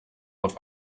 auf